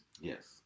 Yes